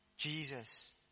Jesus